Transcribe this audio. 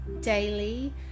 daily